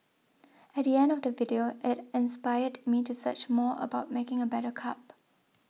at the end of the video it inspired me to search more about making a better cup